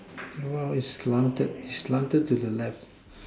no it's slanted to the left